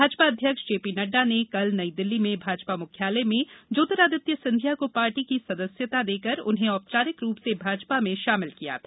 भाजपा अध्यक्ष जेपी नड्डा ने कल नई दिल्ली में भाजपा मुख्यालय में ज्योतिरादित्य सिंधिया को पार्टी की सदस्यता देकर उन्हें औपचारिक रूप से भाजपा में शामिल किया था